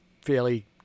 fairly